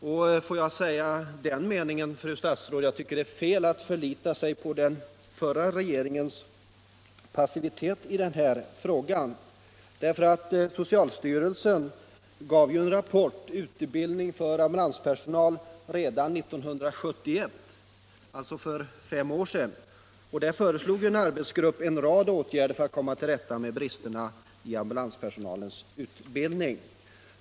Jag tycker att det är felaktigt att förlita sig på vad den förra regeringen gjort i den här frågan — den har nämligen varit tämligen passiv. Socialstyrelsen avgav redan 1971, alltså för fem år sedan, rapporten Utbildning för ambulanspersonal. I denna föreslogs en rad åtgärder för att komma till rätta med bristerna i ambulanspersonalens utbildning.